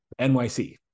NYC